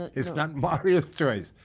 it's not mario's choice.